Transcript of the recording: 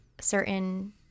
certain